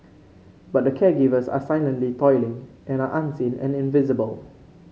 but the caregivers are silently toiling and are unseen and invisible